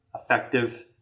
effective